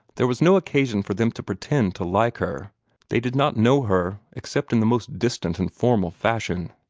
there was no occasion for them to pretend to like her they did not know her, except in the most distant and formal fashion.